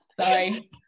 sorry